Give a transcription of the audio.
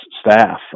staff